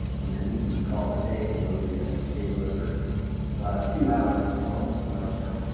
and then we can call it a day for those of you that stayed with us for two hours or almost two hours now.